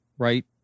Right